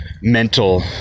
mental